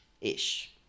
Ish